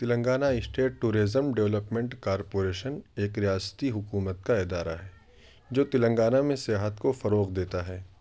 Telangana state tourism development corporation ایک ریاستی حکومت کا ادارہ ہے جو تلنگانہ میں سیاحت کو فروغ دیتا ہے